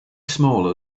small